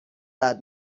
بعد